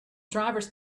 drivers